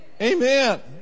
Amen